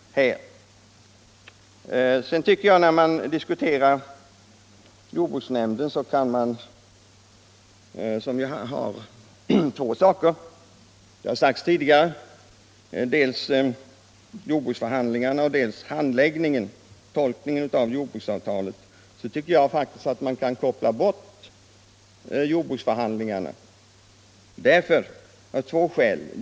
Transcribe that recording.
Jag vill i denna diskussion också peka på att jordbruksnämnden;) som tidigare framhållits. har två huvuduppgifter, nämligen dels jordbruksförhandlingarna, dels handläggningen och tolkningen av jordbruksavtalet. Jag tycker dock att man i motivsammanhanget kan koppla bort jordbruksförhandlingarna av två skäl.